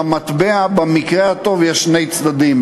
למטבע במקרה הטוב יש שני צדדים,